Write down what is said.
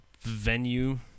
venue